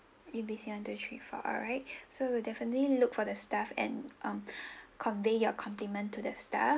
A B C one two three four alright so we'll definitely look for the staff and um convey your compliment to the staff